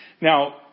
Now